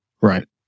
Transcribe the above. Right